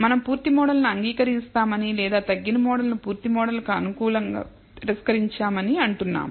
మనం పూర్తి మోడల్ ను అంగీకరిస్తామని లేదా తగ్గిన మోడల్ ను పూర్తి మోడల్ కు అనుకూలంగా తిరస్కరించామని అంటున్నాము